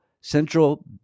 central